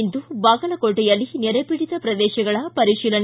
ಇಂದು ಬಾಗಲಕೋಟೆಯಲ್ಲಿ ನೆರೆಪೀಡಿತ ಪ್ರದೇಶಗಳ ಪರಿಶೀಲನೆ